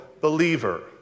believer